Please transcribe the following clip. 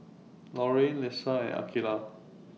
Loraine Lesa and Akeelah